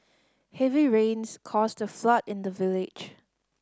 heavy rains caused a flood in the village